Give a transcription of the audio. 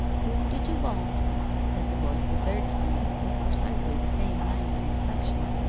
who did you woant said the voice the third time, with precisely the same languid inflection.